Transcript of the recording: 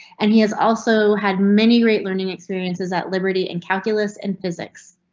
and he is also had many great learning experiences at liberty and calculus and physics.